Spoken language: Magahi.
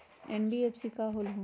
एन.बी.एफ.सी का होलहु?